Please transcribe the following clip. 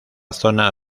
zona